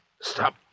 Stop